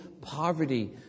poverty